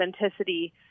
authenticity